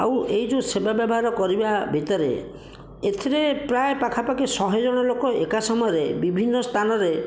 ଆଉ ଏହି ଯେଉଁ ସେବା ବ୍ୟବହାର କରିବା ଭିତରେ ଏଥିରେ ପ୍ରାୟ ପାଖାପାଖି ଶହେ ଜଣ ଲୋକ ଏକା ସମୟରେ ବିଭିନ୍ନ ସ୍ଥାନରେ